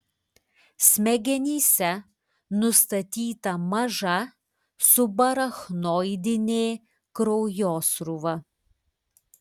smegenyse nustatyta maža subarachnoidinė kraujosruva